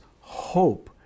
hope